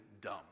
dumb